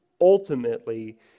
ultimately